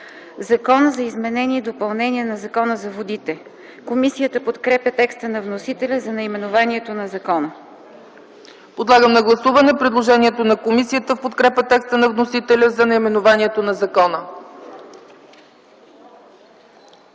„Закон за изменение и допълнение на Закона за водите”. Комисията подкрепя текста на вносителя за наименованието на закона. ПРЕДСЕДАТЕЛ ЦЕЦКА ЦАЧЕВА: Подлагам на гласуване предложението на комисията в подкрепа текста на вносителя за наименованието на закона.